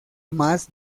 más